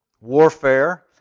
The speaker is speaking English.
warfare